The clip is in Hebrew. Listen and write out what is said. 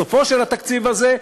בסופו של התקציב הזה,